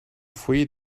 foyer